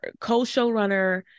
co-showrunner